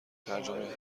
ترجمه